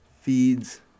feeds